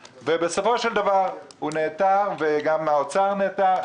בסופו של דבר הוא נעתר, וגם משרד האוצר נעתר.